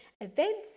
events